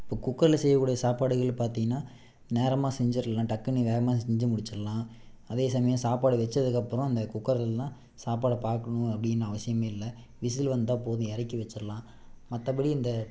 இப்போ குக்கரில் செய்யக்கூடிய சாப்பாடுகள்னு பார்த்திங்கன்னா நேரமாக செஞ்சிடலாம் டக்குன்னு வேகமாக செஞ்சு முடிச்சிடலாம் அதே சமயம் சாப்பாடு வெச்சதுக்கப்புறம் இந்த குக்கர் இல்லைன்னா சாப்பாட்ட பார்க்கணும் அப்படின்னு அவசியமே இல்லை விசில் வந்தால் போதும் இறக்கி வெச்சிடலாம் மற்றபடி இந்த